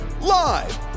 live